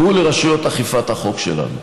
והוא לרשויות אכיפת החוק שלנו,